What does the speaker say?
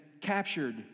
captured